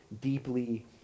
deeply